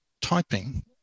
typing